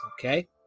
okay